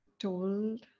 told